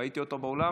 ראיתי אותו באולם.